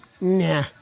nah